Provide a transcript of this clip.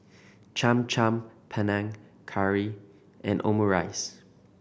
Cham Cham Panang Curry and Omurice